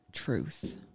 truth